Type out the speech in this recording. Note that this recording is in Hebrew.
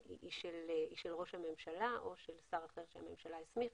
היא של ראש הממשלה או של שר אחר שהממשלה הסמיכה.